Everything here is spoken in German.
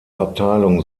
abteilung